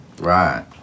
right